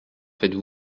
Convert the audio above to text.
faites